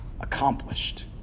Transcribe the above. accomplished